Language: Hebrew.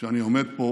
שאני עומד פה